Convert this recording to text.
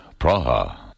Praha